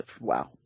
wow